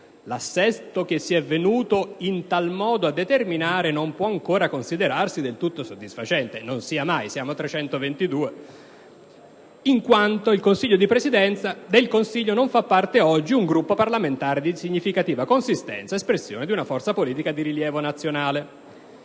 l'assetto che si è venuto in tal modo a determinare non può ancora considerarsi del tutto soddisfacente,» - non sia mai! Siamo 322! - «in quanto del Consiglio di Presidenza non fa parte oggi un Gruppo parlamentare di significativa consistenza, espressione di una forza politica di rilievo nazionale.